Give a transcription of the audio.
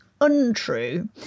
untrue